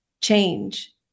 change